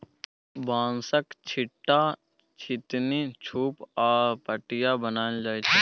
बाँसक, छीट्टा, छितनी, सुप आ पटिया बनाएल जाइ छै